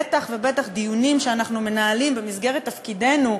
בטח ובטח דיונים שאנחנו מנהלים במסגרת תפקידנו,